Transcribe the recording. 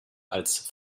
als